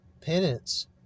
Penance